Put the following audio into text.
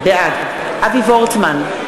בעד אבי וורצמן,